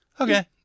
Okay